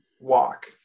walk